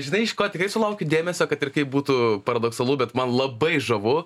žinai iš ko tikrai sulaukiu dėmesio kad ir kaip būtų paradoksalu bet man labai žavu